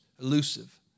elusive